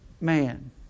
man